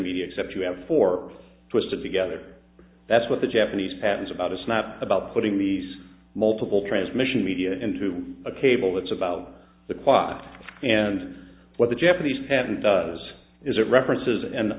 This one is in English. media except you have four twisted together that's what the japanese pad is about a snap about putting these multiple transmission media into a cable that's about the clock and what the japanese patent does is it references and